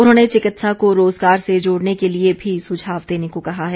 उन्होंने चिकित्सा को रोजगार से जोड़ने के लिए भी सुझाव देने को कहा है